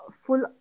full